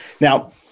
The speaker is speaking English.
now